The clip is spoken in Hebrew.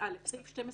סעיף 12(א)(1)(ב)